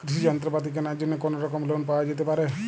কৃষিযন্ত্রপাতি কেনার জন্য কোনোরকম লোন পাওয়া যেতে পারে?